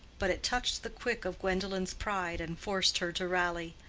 but it touched the quick of gwendolen's pride and forced her to rally.